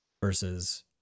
versus